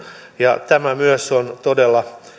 ja tämä myös on todella